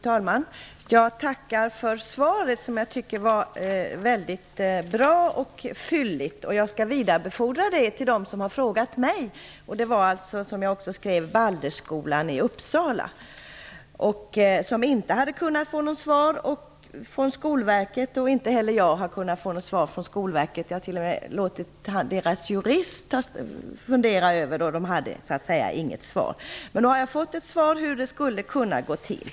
Fru talman! Jag tackar för svaret, som jag tycker var mycket bra och fylligt. Jag skall vidarebefordra det till dem som frågat mig, nämligen Baldersskolan i Uppsala, som jag skrev i min fråga. På den skolan hade man inte kunnat få något svar från Skolverket. Inte heller jag har kunnat få något svar från Skolverket. Skolverkets jurist har t.o.m. funderat över frågan utan att komma fram till något svar. Men nu har jag fått ett svar på hur det skulle kunna gå till.